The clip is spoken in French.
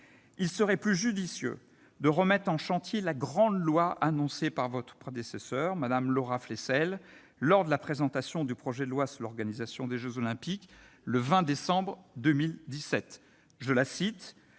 Il serait plus judicieux de remettre en chantier la grande loi annoncée par votre prédécesseur, Mme Laura Flessel, lors de la présentation du projet de loi relatif à l'organisation des jeux Olympiques, le 20 décembre 2017. Je la cite